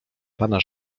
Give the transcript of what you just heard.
pana